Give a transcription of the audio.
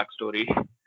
backstory